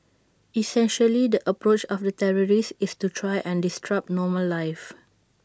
essentially the approach of the terrorists is to try and disrupt normal life